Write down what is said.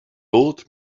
old